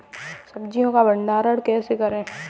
सब्जियों का भंडारण कैसे करें?